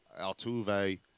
Altuve